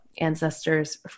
ancestors